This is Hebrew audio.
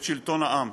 את שלטון העם.